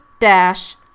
dash